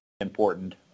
important